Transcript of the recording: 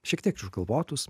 šiek tiek išgalvotus